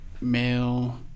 male